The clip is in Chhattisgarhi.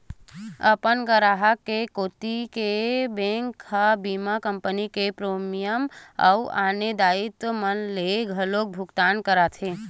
अपन गराहक के कोती ले बेंक ह बीमा कंपनी ल प्रीमियम अउ आने दायित्व मन के घलोक भुकतान करथे